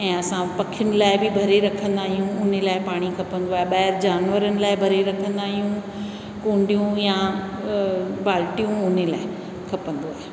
ऐं असां पखियुनि लाइ बि भरे रखंदा आहियूं उन्हीअ लाइ पाणी खपंदो आहे ॿाहिरि जानवरनि लाइ भरे रखंदा आहियूं कुंडियूं बि या बाल्टियूं उन्हीअ लाइ खपंदो आहे